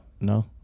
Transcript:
no